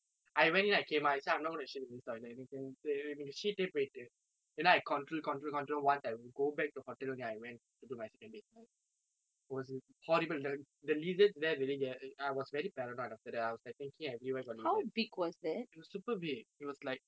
I went in and I came out I said I'm not going to shit in this toilet எனக்கு வந்து நீங்க:enakku vanthu ninga shit eh போயிட்டு:poyittu and then I control control control once I go back to hotel only I went to do my second business it was horrible the the lizards there really I was very paranoid after that I was like thinking everywhere got lizards it was super big it was like